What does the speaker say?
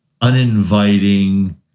uninviting